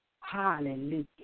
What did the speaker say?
Hallelujah